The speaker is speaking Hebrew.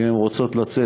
ואם הן רוצות לצאת,